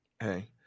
hey